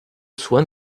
soin